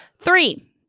Three